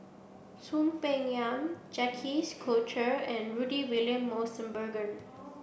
Soon Peng Yam Jacques De Coutre and Rudy William Mosbergen